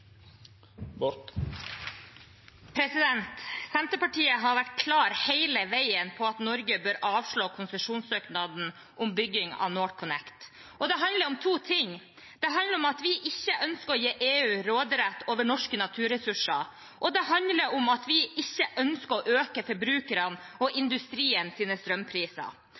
Senterpartiet har hele veien vært klar på at Norge bør avslå konsesjonssøknaden om bygging av NorthConnect. Det handler om to ting. Det handler om at vi ikke ønsker å gi EU råderett over norske naturressurser, og det handler om at vi ikke ønsker å øke forbrukerne og industrien sine strømpriser.